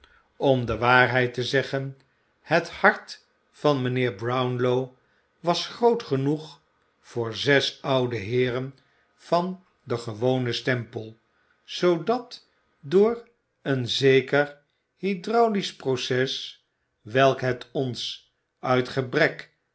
om de waarheid te zeggen het hart van mijnheer brownlow was groot genoeg voor zes oude heeren van den gewonen stempel zoodat door een zeker hydraulisch proces welk het ons uit gebrek